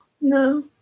No